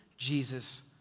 Jesus